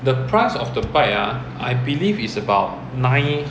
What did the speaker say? the price of the bike ah I believe is about nine